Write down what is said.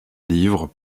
livres